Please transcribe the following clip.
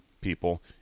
people